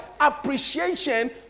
appreciation